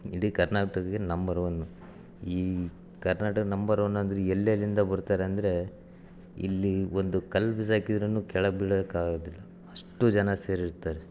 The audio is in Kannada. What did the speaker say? ಇಡೀ ಕರ್ನಾಟಕಕ್ಕೆ ನಂಬರ್ ಒನ್ನು ಈ ಕರ್ನಾಟಕ ನಂಬರ್ ಒನ್ ಅಂದರೆ ಎಲ್ಲೆಲ್ಲಿಂದ ಬರ್ತಾರೆ ಅಂದರೆ ಇಲ್ಲಿ ಒಂದು ಕಲ್ಲು ಬಿಸಾಕಿದ್ರು ಕೆಳಗೆ ಬೀಳಕ್ಕೆ ಆಗೋದಿಲ್ಲ ಅಷ್ಟು ಜನ ಸೇರಿರ್ತಾರೆ